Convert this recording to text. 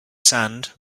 sand